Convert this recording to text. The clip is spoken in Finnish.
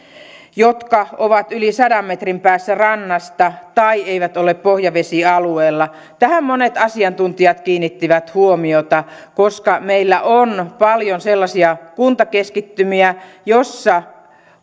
jotka ovat yli sadan metrin päässä rannasta tai eivät ole pohjavesialueella tähän monet asiantuntijat kiinnittivät huomiota koska meillä on paljon sellaisia kuntakeskittymiä joissa